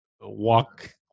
walk